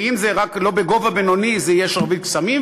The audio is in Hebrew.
ואם זה רק בגובה בינוני זה יהיה "שרביט קסמים",